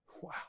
Wow